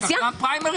מה, את עושה פריימריז?